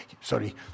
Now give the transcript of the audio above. Sorry